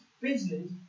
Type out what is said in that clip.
business